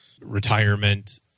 retirement